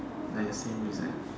like the same is that